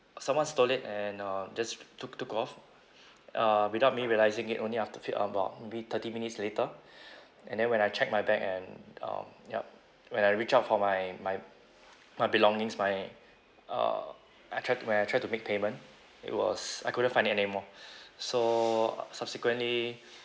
someone stole it and uh just took took off uh without me realising it only after few about maybe thirty minutes later and then when I checked my bag and um yup when I reach out for my my my belongings my uh I try to when I try to make payment it was I couldn't find it anymore so uh subsequently